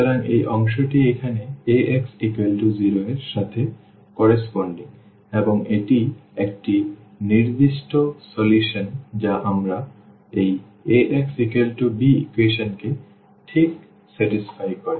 সুতরাং এই অংশটি এখানে Ax0 এর সাথে সামঞ্জস্যপূর্ণ এবং এটি একটি নির্দিষ্ট সমাধান যা এই Ax b ইকুয়েশন কে ঠিক সন্তুষ্ট করে